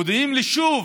מודיעים לי שוב: